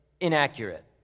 inaccurate